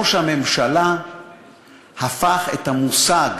אבל ראש הממשלה הפך את המושג